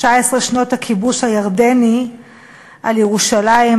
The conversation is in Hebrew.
19 שנות הכיבוש הירדני על ירושלים,